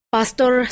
Pastor